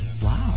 Wow